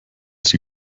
sie